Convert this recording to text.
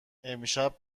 امشب